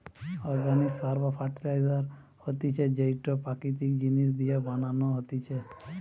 organic সার বা fertiliser হতিছে যেইটো প্রাকৃতিক জিনিস দিয়া বানানো হতিছে